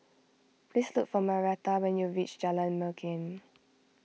please look for Marietta when you reach Jalan Pergam